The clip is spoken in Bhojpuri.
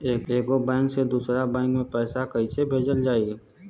एगो बैक से दूसरा बैक मे पैसा कइसे भेजल जाई?